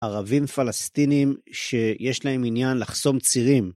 ערבים פלסטינים שיש להם עניין לחסום צירים.